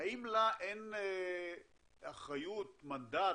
האם אין לה שום מנדט,